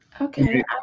Okay